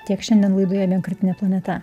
tiek šiandien laidoje vienkartinė planeta